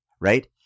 Right